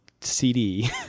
CD